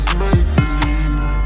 make-believe